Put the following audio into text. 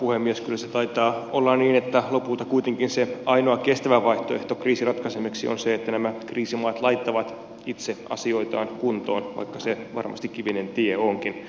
kyllä se taitaa olla niin että lopulta kuitenkin se ainoa kestävä vaihtoehto kriisin ratkaisemiseksi on se että nämä kriisimaat laittavat itse asioitaan kuntoon vaikka se varmasti kivinen tie onkin